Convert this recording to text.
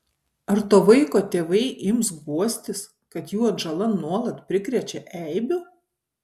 ar to vaiko tėvai ims guostis kad jų atžala nuolat prikrečia eibių